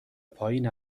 پایین